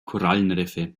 korallenriffe